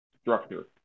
structure